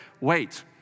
Wait